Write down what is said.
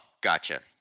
gotcha